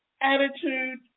attitude